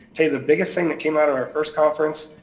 okay, the biggest thing that came out of our first conference,